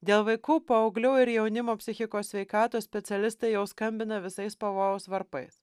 dėl vaikų paauglių ir jaunimo psichikos sveikatos specialistai jau skambina visais pavojaus varpais